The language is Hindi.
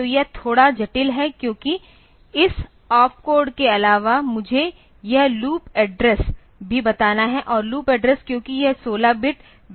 तो यह थोड़ा जटिल है क्योंकि इस ऑप कोड के अलावा मुझे यह लूप एड्रेस भी बताना है और लूप एड्रेस क्योंकि यह 16 बिट वैल्यू है